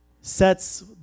sets